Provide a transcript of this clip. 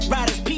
Riders